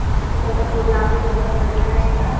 हाँ आ तो कल का पोग्राम भी बहुत बढ़िया रहेगा